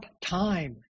time